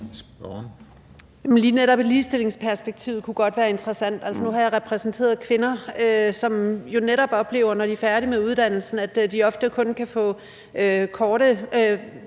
Lige netop ligestillingsperspektivet kunne godt være interessant. Altså, nu har jeg repræsenteret kvinder, som jo netop oplever, at når de er færdige med deres uddannelse, kan de ofte kun få kortvarig